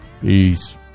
Peace